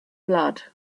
blood